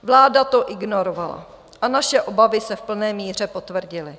Vláda to ignorovala a naše obavy se v plné míře potvrdily.